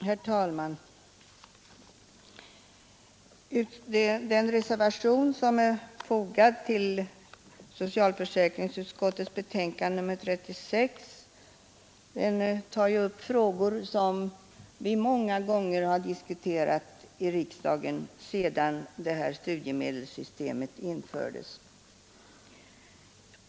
Herr talman! Den reservation som är fogad till socialförsäkringsutskottets betänkande nr 36 tar upp frågor som vi många gånger diskuterat i riksdagen sedan det här studiemedelssystemet infördes.